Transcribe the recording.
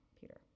Peter